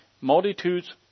Multitudes